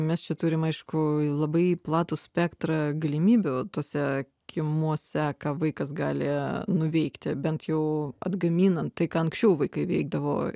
mes čia turime aišku labai platų spektrą galimybių tuose kiemuose ką vaikas gali nuveikti bent jau atgaminame tai ką anksčiau vaikai veikdavo